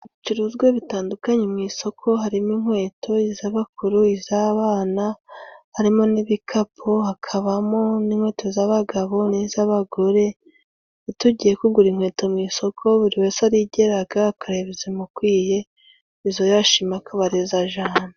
Ibicuruzwa bitandukanye mu isoko harimo inkweto, iz'abakuru n'iz'abana harimo n'ibikapu hakabamo n'inkweto z'abagabo n'iz'abagore. Iyo tugiye kugura inkweto mu isoko buri wese arigeraga akarebamo izimukwiye, izo yashima akaba ari zo ajana.